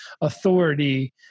authority